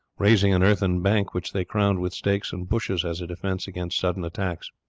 raising an earthen bank which they crowned with stakes and bushes as a defence against sudden attacks.